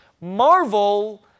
Marvel